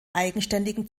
eigenständigen